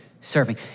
serving